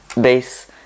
base